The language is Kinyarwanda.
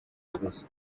urubozo